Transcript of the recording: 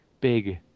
big